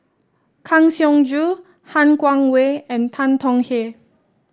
Kang Siong Joo Han Guangwei and Tan Tong Hye